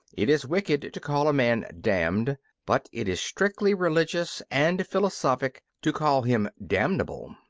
it is wicked to call a man damned but it is strictly religious and philosophic to call him damnable.